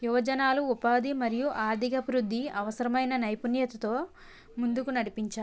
యువజనాలు ఉపాధి మరియు ఆర్థికాభివృద్ది అవసరమైన నైపుణ్యతతో ముందుకు నడిపించ